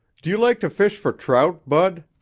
do you like to fish for trout, bud?